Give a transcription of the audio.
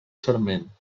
sarment